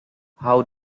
how